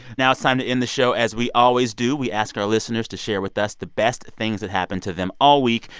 now it's time to end the show as we always do. we ask our listeners to share with us the best things that happened to them all week.